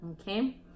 okay